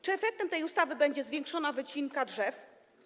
Czy efektem tej ustawy będzie zwiększona wycinka drzew?